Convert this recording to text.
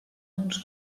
uns